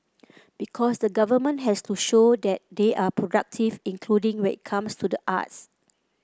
because the government has to show that they are productive including it comes to the arts